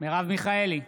מרב מיכאלי,